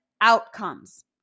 outcomes